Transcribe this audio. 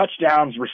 touchdowns